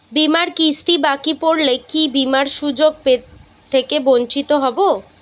বিমার কিস্তি বাকি পড়লে কি বিমার সুযোগ থেকে বঞ্চিত হবো?